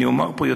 אני אומר פה,